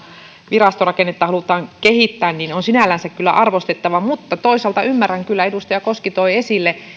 virastorakennetta halutaan kehittää on sinällänsä kyllä arvostettava mutta toisaalta ymmärrän kyllä edustaja koski toi esille